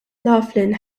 laughlin